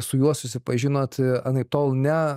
su juo susipažinot anaiptol ne